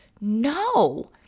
no